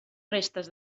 restes